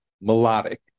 melodic